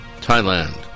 Thailand